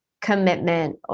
commitment